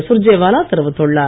சுர்ஜேவாலா தெரிவித்துள்ளார்